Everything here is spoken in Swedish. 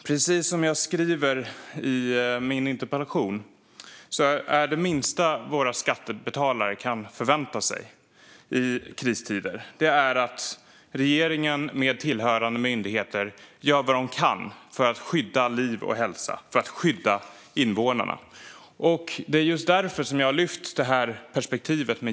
Precis som jag skriver i min interpellation är det minsta våra skattebetalare ska kunna förvänta sig i kristider att regeringen med tillhörande myndigheter gör vad de kan för att skydda invånarnas liv och hälsa. Det är just därför som jag har lyft jämlikhetsperspektivet.